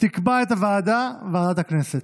תקבע את הוועדה ועדת הכנסת.